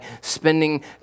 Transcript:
spending